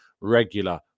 regular